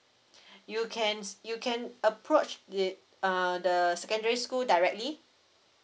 you can s~ you can approach it uh the secondary school directly